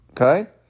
okay